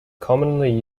commonly